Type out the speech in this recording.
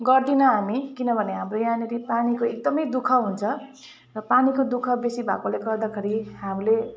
गर्दैनौँ हामी किनभने हाम्रो यहाँनिर पानीको एकदमै दुःख हुन्छ र पानीको दुःख बेसी भएकोले गर्दाखरि हामीले